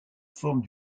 formes